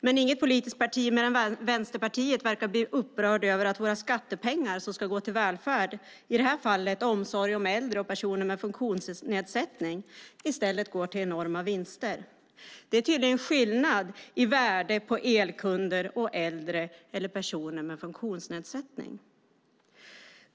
Men inget politiskt parti, mer än Vänsterpartiet, verkar bli upprört över att våra skattepengar som ska gå till välfärd, i det här fallet omsorg om äldre och personer med funktionsnedsättning, i stället går till enorma vinster. Det är tydligen skillnad i värde på elkunder och äldre eller personer med funktionsnedsättning.